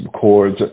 chords